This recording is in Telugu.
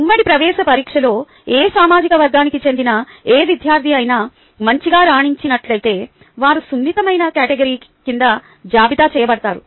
ఉమ్మడి ప్రవేశ పరీక్షలో ఏ సామాజిక వర్గానికి చెందిన ఏ విద్యార్థి అయినా మంచిగా రాణించినట్లయితే వారు సున్నితమైన కేటగిరీ కింద జాబితా చేయబడతారు